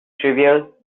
trivial